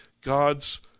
God's